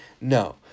No